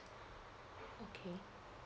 okay